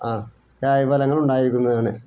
ആ കായിഫലങ്ങൾ ഉണ്ടായിരിക്കുന്നതാണ്